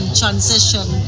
transition